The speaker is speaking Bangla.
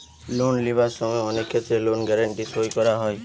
লোন লিবার সময় অনেক ক্ষেত্রে লোন গ্যারান্টি সই করা হয়